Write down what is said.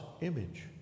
image